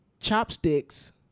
chopsticks